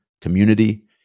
community